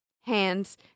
hands